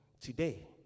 today